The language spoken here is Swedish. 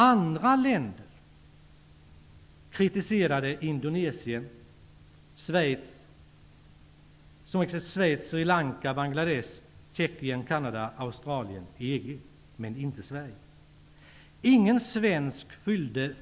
Andra länder kritiserade Indonesien -- Canada, Australien, EG. Men inte Sverige.